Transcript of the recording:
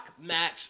match